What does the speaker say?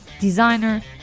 designer